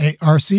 ARC